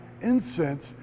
incense